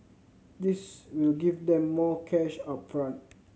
this will give them more cash up front